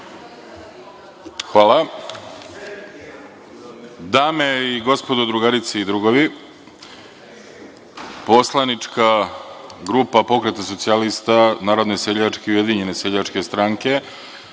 Hvala. Dame i gospodo, drugarice i drugovi, poslanička grupa Pokreta socijalista narodne seljačke i Ujedinjene seljačke stranke